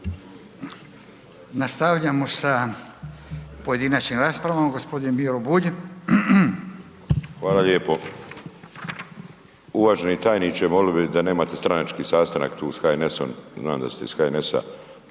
Nastavljamo sa pojedinačnim raspravama, g. Miro Bulj. **Bulj, Miro (MOST)** Hvala lijepo. Uvaženi tajniče, voljeli bi da nemate stranački sastanak tu s HNS-om, znam da ste ih HNS-a,